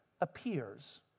appears